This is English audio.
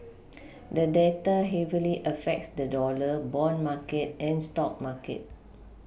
the data heavily affects the dollar bond market and stock market